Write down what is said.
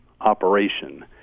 operation